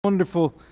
wonderful